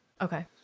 Okay